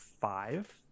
five